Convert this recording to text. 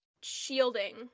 Shielding